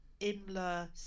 IMLA